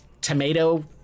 tomato